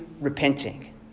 repenting